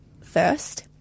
first